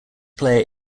player